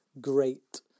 great